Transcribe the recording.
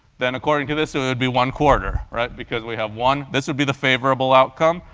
then according to this, it would would be one quarter, right? because we have one this would be the favorable outcome,